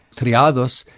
triados,